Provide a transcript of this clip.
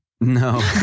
No